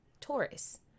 Taurus